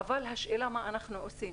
אבל השאלה מה אנחנו עושים?